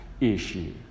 issue